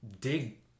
Dig